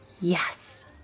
Yes